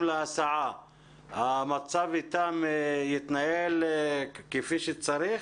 המצב איתם יתנהל כפי שצריך?